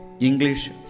English